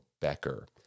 Becker